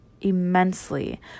immensely